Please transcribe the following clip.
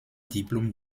diplôme